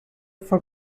for